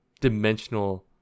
dimensional